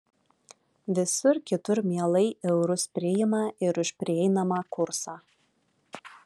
visur kitur mielai eurus priima ir už prieinamą kursą